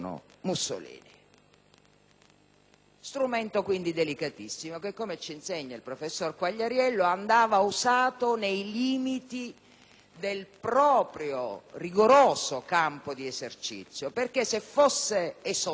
strumento delicatissimo che, come ci insegna il professor Quagliariello, andava usato nei limiti del proprio rigoroso campo di esercizio, perché se fosse esondato - come esondò